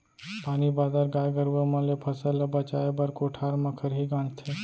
पानी बादर, गाय गरूवा मन ले फसल ल बचाए बर कोठार म खरही गांजथें